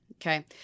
Okay